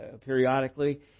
periodically